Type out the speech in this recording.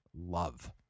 love